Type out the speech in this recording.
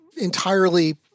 entirely